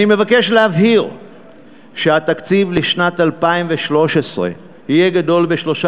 אני מבקש להבהיר שהתקציב לשנת 2013 יהיה גדול ב-13